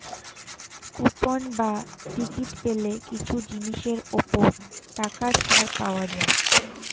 coupon বা ticket পেলে কিছু জিনিসের ওপর টাকা ছাড় পাওয়া যায়